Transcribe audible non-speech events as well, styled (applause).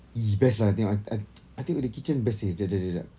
!ee! best lah I tengok I I (noise) I tengok the kitchen best seh jap jap jap eh